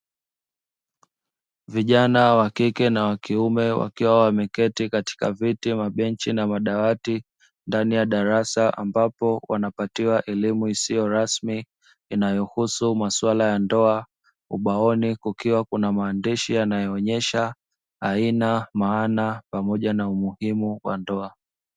Vijana wa kike na wa kiume wakiwa wameketi katika viti, mabenchi, na madawati ndani ya darasa ambapo wanapatiwa elimu isiyo rasmi inayohusu masuala ya ndoa ubaoni kukiwa kuna maandishi yanayoonyesha aina maana pamoja na umuhimu wa ndoa.